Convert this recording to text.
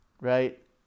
right